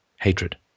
hatred